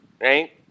right